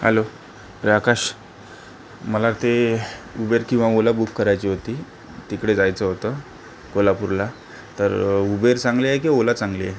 hello अरे आकाश मला ते उबेर किंवा ओला बुक करायची होती तिकडे जायचं होतं कोल्हापूरला तर उबेर चांगली आहे की ओला चांगली आहे